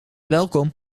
welkom